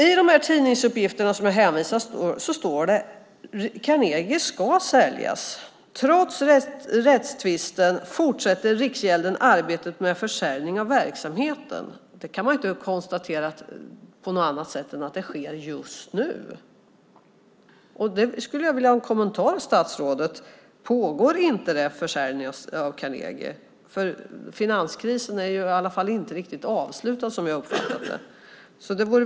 I tidningsuppgifterna som jag hänvisar till står det att Carnegie ska säljas. Trots rättstvisten fortsätter Riksgälden arbetet med försäljning av verksamheten. Det kan man inte uppfatta på annat sätt än att det sker just nu. Det vore bra att få ett svar på frågan: Pågår inte en försäljning av Carnegie? Finanskrisen är ju i alla fall inte riktigt avslutad, som jag har uppfattat det.